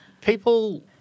people